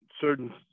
certain